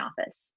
office